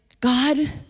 God